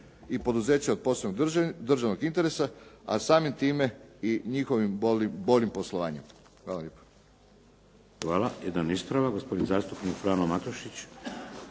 i poduzećima od posebnog državnog interesa a samim time i njihovim boljim poslovanjem. Hvala lijepa. **Šeks, Vladimir (HDZ)** Hvala. Jedan ispravak, gospodin zastupnik Frano Matušić.